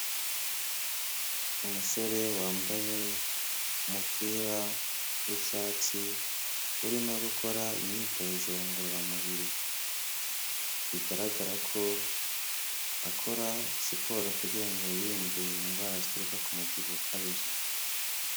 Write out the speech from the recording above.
Umusore wambaye umupira w'icyatsi, urimo gukora imyitozo ngororamubiri bigaragara ko akora siporo kugira ngo yirinde indwara zituruka ku mubyibuho ukabije.